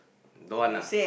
don't want lah